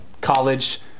college